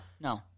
no